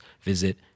visit